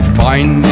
find